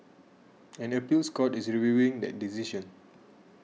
an appeals court is reviewing that decision